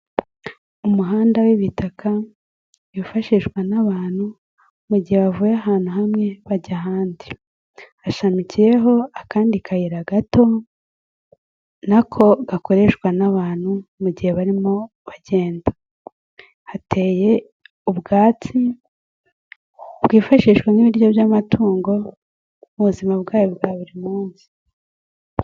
Umuhanda w'ibitaka wifashishwa n'abantu mu gihe bavuye ahantu hamwe bajya ahandi. Hashamikiyeho akandi kayira gato nako gakoreshwa n'abantu mu gihe barimo bagenda. Hateye ubwatsi bwifashishwa nk'ibiryo by'amatungo mu buzima bwayo bwa buri munsi.